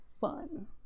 Fun